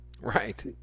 right